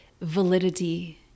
validity